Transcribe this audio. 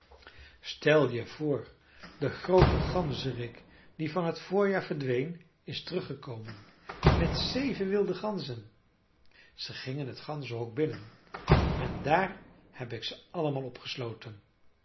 stel je voor de groote ganzerik die van t voorjaar verdween is teruggekomen met zeven wilde ganzen ze gingen het ganzenhok binnen en daar heb ik ze allemaal opgesloten